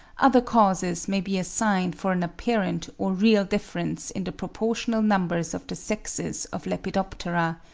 other causes may be assigned for an apparent or real difference in the proportional numbers of the sexes of lepidoptera,